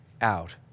out